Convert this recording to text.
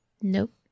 Nope